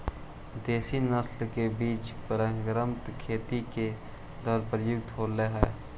देशी नस्ल के बीज परम्परागत खेती के दौर में प्रयुक्त होवऽ हलई